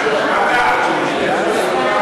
הכספים, הכספים.